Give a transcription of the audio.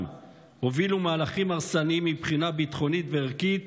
הובילו מהלכים הרסניים מבחינה ביטחונית וערכית,